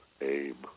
aim